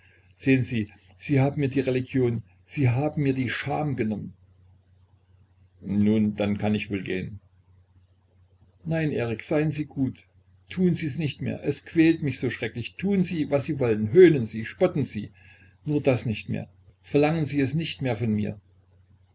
sehen sie sie haben mir die religion sie haben mir die scham genommen nun dann kann ich wohl gehen nein erik sein sie gut tun sies nicht mehr es quält mich so schrecklich tun sie was sie wollen höhnen sie spotten sie nur das nicht mehr verlangen sie es nicht mehr von mir